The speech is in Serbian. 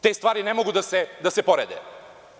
Te stvari ne mogu da se porede.